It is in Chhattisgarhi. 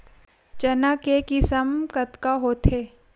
चना के किसम कतका होथे?